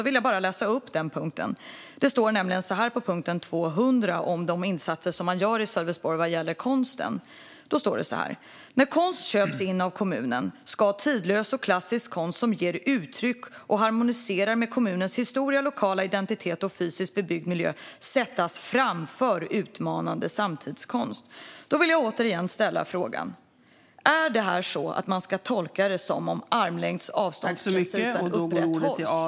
I punkt 200 står det om de insatser som görs i Sölvesborg vad gäller konst att när konst köps in av kommunen ska tidlös och klassisk konst som ger uttryck för och harmonierar med kommunens historia, lokala identitet och fysiskt bebyggd miljö sättas framför utmanande samtidskonst. Låt mig åter ställa frågan: Ska man tolka detta som att exempelvis armlängds avstånd upprätthålls?